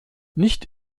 nicht